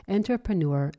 entrepreneur